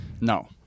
no